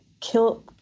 kill